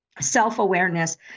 Self-awareness